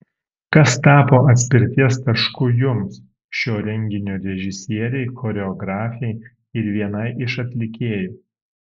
kas tapo atspirties tašku jums šio renginio režisierei choreografei ir vienai iš atlikėjų